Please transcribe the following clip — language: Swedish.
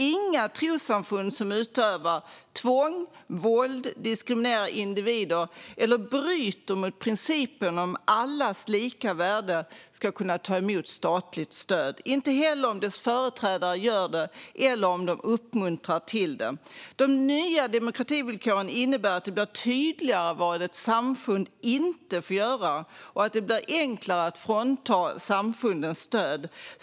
Inga trossamfund som utövar tvång eller våld, diskriminerar individer eller bryter mot principen om allas lika värde ska kunna ta emot statligt stöd, inte heller om deras företrädare gör det eller uppmuntrar till det. De nya demokrativillkoren innebär att det blir tydligare vad ett samfund inte får göra och att det blir enklare att frånta samfunden stöd.